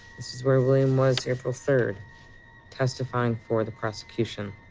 this is where william was, april third testifying for the prosecution.